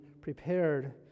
prepared